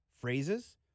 phrases